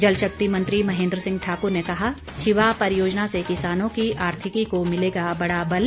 जलशक्ति मंत्री महेन्द्र सिंह ठाकुर ने कहा शिवा परियोजना से किसानों की आर्थिकी को मिलेगा बड़ा बल